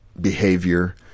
behavior